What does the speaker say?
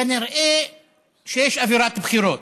כנראה שיש אווירת בחירות.